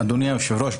אדוני היושב ראש,